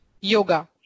Yoga